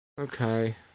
Okay